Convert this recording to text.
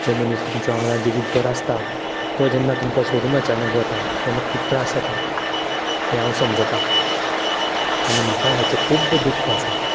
जो मनीस तुमच्या वांगडा जिवीतबर आसता तो जेन्ना तुमकां सोडून अचानक वता तेन्ना खूब त्रास जाता हें हांव समजतां आनी म्हाकाय हाचें खूब दुख्ख आसा